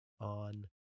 on